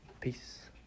peace